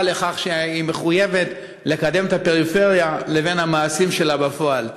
לכך שהיא מחויבת לקדם את הפריפריה לבין המעשים שלה בפועל.